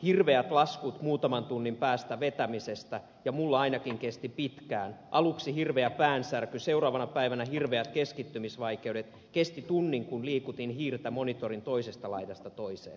hirveet laskut muutaman tunnin päästä vetämisestä ja mulla ainakin kesti pitkään aluks hirvee päänsärky myöhemmin seuraavana päivänä sit oli hirveet keskittymisvaikeudet kesti tunnin kun liikutin hiirtä monitorin toisesta laidasta toiseen